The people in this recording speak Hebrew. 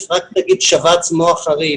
רק להגיד שבץ מוח חריף,